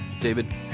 David